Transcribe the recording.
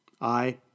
I